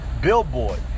Billboard